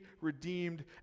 redeemed